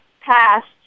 passed